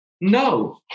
No